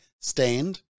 stand